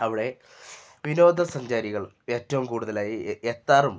അവിടെ വിനോദസഞ്ചാരികൾ ഏറ്റവും കൂടുതലായി എത്താറുമുണ്ട്